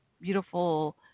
beautiful